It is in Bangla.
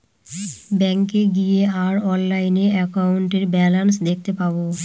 ব্যাঙ্কে গিয়ে আর অনলাইনে একাউন্টের ব্যালান্স দেখতে পাবো